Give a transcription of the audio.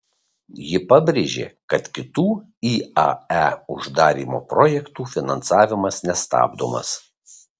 ji pabrėžė kad kitų iae uždarymo projektų finansavimas nestabdomas